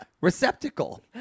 Receptacle